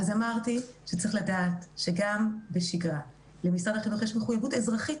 אז אמרתי שצריך לדעת שגם בשגרה למשרד החינוך יש מחויבות אזרחית,